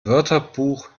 wörterbuch